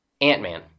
Ant-Man